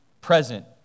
present